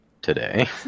today